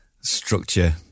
structure